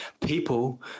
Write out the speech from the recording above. People